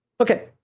Okay